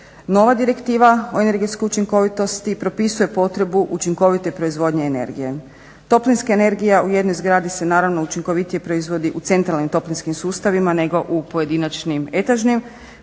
Nova Direktiva o energetskoj učinkovitosti propisuje potrebu učinkovite proizvodnje energije. Toplinska energija u jednoj zgradi se naravno učinkovitije proizvodi u centralnim toplinskim sustavima nego u pojedinačnim etažnim,